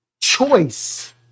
choice